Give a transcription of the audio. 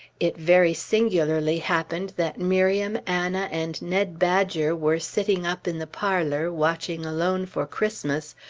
it very singularly happened that miriam, anna, and ned badger were sitting up in the parlor, watching alone for christmas,